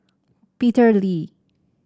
Peter Lee